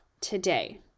today